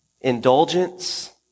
indulgence